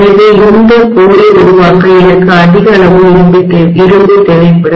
எனவே இந்த மையத்தை கோரை உருவாக்க எனக்கு அதிக அளவு இரும்பு தேவைப்படும்